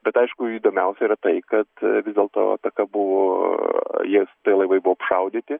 bet aišku įdomiausia yra tai kad vis dėlto ataka buvo jie tie laivai buvo apšaudyti